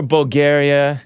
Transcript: Bulgaria